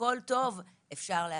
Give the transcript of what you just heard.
הכל טוב ואפשר להפסיק.